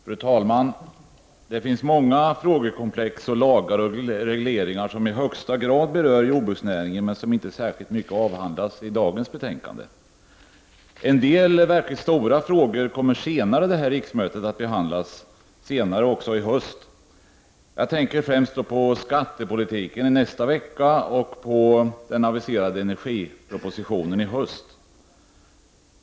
Fru talman! Det finns många frågekomplex, lagar och regleringar som i högsta grad berör jordbruksnäringen, men som inte särskilt mycket avhandlas i dagens betänkande. En del verkligt stora frågor kommer att behandlas senare under detta riksmöte, men också i höst. Jag tänker då främst på skattepolitiken i nästa vecka och på den aviserade energipropositionen i höst.